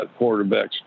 quarterbacks